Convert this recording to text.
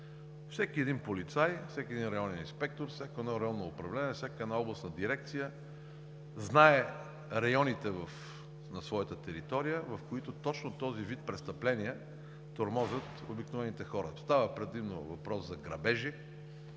Всеки един полицай, всеки един районен инспектор, всяко едно районно управление, всяка една областна дирекция знае районите на своята територия, в които точно този вид престъпления тормозят обикновените хора. Предимно става въпрос за грабежи,